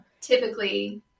typically